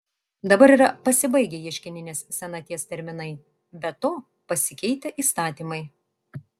dabar yra pasibaigę ieškininės senaties terminai be to pasikeitę įstatymai